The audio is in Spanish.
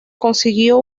consiguió